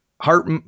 heart